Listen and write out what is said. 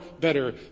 better